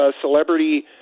celebrity